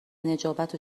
نجابت